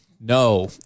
No